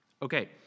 Okay